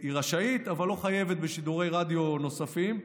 היא רשאית אבל לא חייבת בשידורי רדיו נוספים,